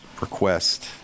request